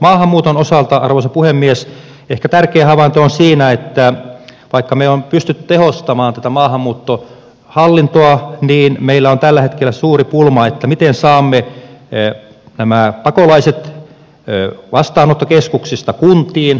maahanmuuton osalta arvoisa puhemies ehkä tärkein havainto on siinä että vaikka meillä on pystytty tehostamaan tätä maahanmuuttohallintoa niin meillä on tällä hetkellä suuri pulma miten saamme nämä pakolaiset vastaanottokeskuksista kuntiin